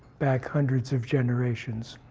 back hundreds of generations.